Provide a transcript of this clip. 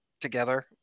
together